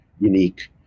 unique